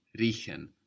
riechen